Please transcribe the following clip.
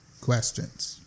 questions